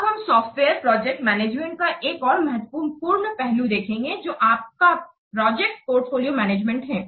अब हम software project management का एक और महत्वपूर्ण पहलू देखेंगे जो आपका प्रोजेक्ट पोर्टफोलियो मैनेजमेंट है